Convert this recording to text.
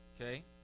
Okay